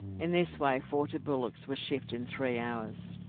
in this way forty bullocks were shipped in three hours.